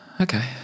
Okay